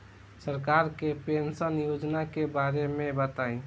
सरकार के पेंशन योजना के बारे में बताईं?